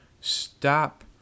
Stop